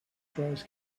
tries